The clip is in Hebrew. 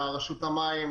לרשות המים,